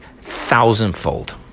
thousandfold